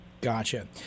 Gotcha